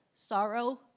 Sorrow